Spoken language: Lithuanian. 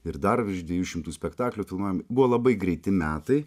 ir dar virš dviejų šimtų spektaklių filmavimai buvo labai greiti metai